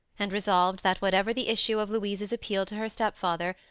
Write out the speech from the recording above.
and resolved that, whatever the issue of louise's appeal to her stepfather,